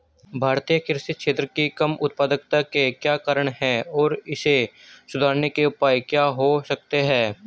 भारतीय कृषि क्षेत्र की कम उत्पादकता के क्या कारण हैं और इसे सुधारने के उपाय क्या हो सकते हैं?